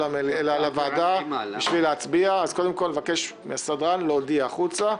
אז קודם כל נבקש מהסדרן להודיע החוצה.